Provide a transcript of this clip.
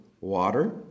water